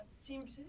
seems